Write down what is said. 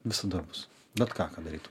visa bus bet ką padarytų